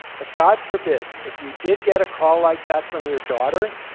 but, god forbid, if you did get a call like that from your daughter,